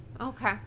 Okay